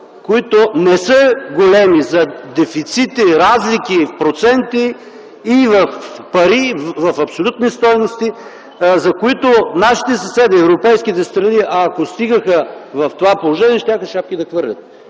които не са големи, за дефицити, разлики, проценти и в пари, в абсолютни стойности, за които нашите съседи, европейските страна, ако стигаха до това положение, щяха шапки да хвърлят